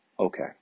Okay